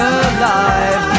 alive